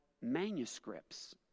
manuscripts